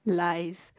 lies